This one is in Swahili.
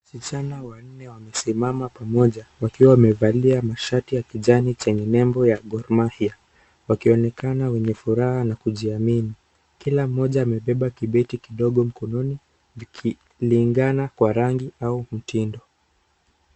Wasichana wanne wamesimama pamoja wakiwa wamevalia mashati ya kijani chenye nembo ya Gor Mahia wakionekana wenye furaha na kujiamini, kila mmoja amebeba kibeti kidogo mkononi vikilingana kwa rangi au mtindo.